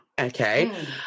Okay